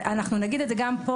אנחנו נגיד את זה גם כאן.